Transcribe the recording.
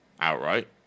outright